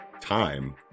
time